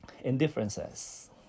indifferences